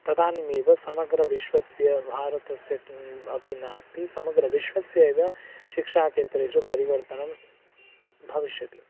तदानीमेव समग्र विश्वस्य भारतस्य किम् अपि नास्ति समग्र विश्वस्येव शिक्षा क्षेत्रेषु परिवर्तनं भविष्यति